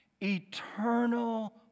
eternal